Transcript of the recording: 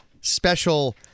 special